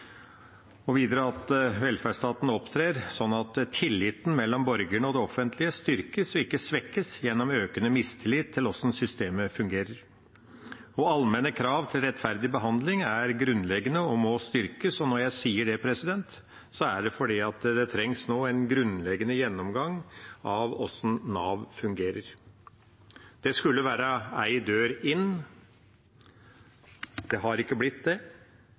og videre at velferdsstaten opptrer slik at tilliten mellom borgerne og det offentlige styrkes og ikke svekkes gjennom økende mistillit til hvordan systemet fungerer. Allmenne krav til rettferdig behandling er grunnleggende og må styrkes, og når jeg sier det, er det fordi det nå trengs en grunnleggende gjennomgang av hvordan Nav fungerer. Det skulle være én dør inn, det har ikke blitt det